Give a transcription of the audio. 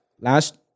last